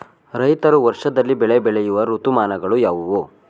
ರೈತರು ವರ್ಷದಲ್ಲಿ ಬೆಳೆ ಬೆಳೆಯುವ ಋತುಮಾನಗಳು ಯಾವುವು?